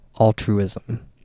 altruism